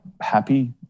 happy